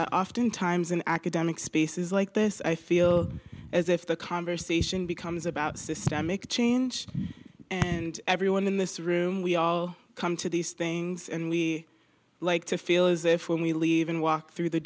that oftentimes an academic space is like this i feel as if the conversation becomes about systemic change and everyone in this room we all come to these things and we like to feel is there for me leaving walk through the